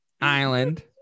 Island